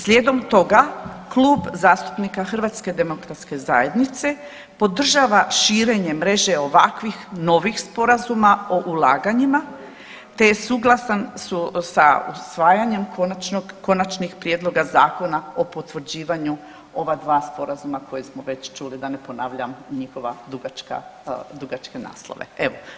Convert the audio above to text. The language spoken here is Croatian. Slijedom toga, Klub zastupnika HDZ-a podržava širenje mreže ovakvih novih sporazuma o ulaganjima, te je suglasan sa usvajanjem konačnih prijedloga zakona o potvrđivanju ova dva sporazuma koje smo već čuli da ne ponavljam njihova dugačka, dugačke naslove.